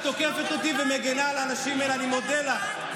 משנה מה אומרים עליכם,